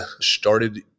started